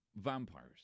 vampires